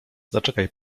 zaczekaj